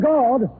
God